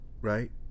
right